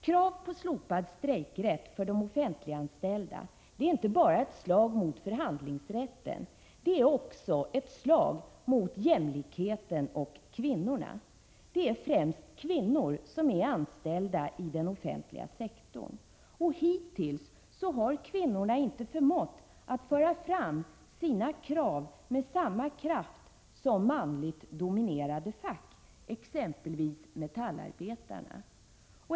Krav på slopad strejkrätt för de offentliganställda är inte bara ett slag mot förhandlingsrätten, det är också ett slag mot jämlikheten och kvinnorna. Det är främst kvinnor som är anställda inom den offentliga sektorn. Hittills har kvinnorna inte förmått att föra fram sina krav med samma kraft som manligt dominerade fack, exempelvis metallarbetarna.